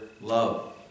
love